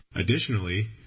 Additionally